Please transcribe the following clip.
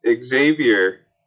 Xavier